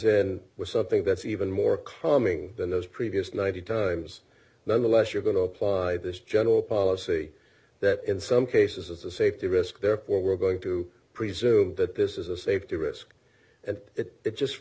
in with something that's even more calming than those previous ninety times nonetheless you're going to apply this general ready policy that in some cases is a safety risk therefore we're going to presume that this is a safety risk and it just